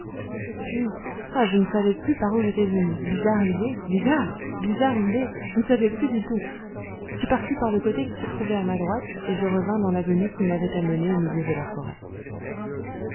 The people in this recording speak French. puis ah je ne savais plus par où j'étais venu bizarre idée bizarre bizarre idée je ne savais plus du tout je partis par le côté qui se trouvait à ma droite et je revins dans l'avenue qui m'avait amené au milieu de la forêt